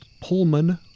Pullman